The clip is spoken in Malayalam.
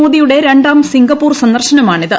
മോദിയുടെ രണ്ടാം സിംഗപ്പൂർ സന്ദർശനമാണിത്